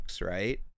right